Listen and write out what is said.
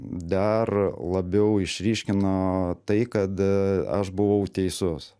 dar labiau išryškino tai kad aš buvau teisus